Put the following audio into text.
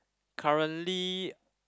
currently